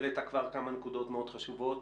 העלית כמה נקודות מאוד חשובות.